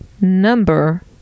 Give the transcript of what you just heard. number